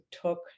took